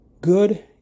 Good